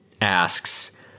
asks